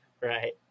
Right